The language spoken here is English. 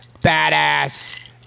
badass